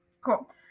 Cool